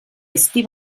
ezti